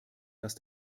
dass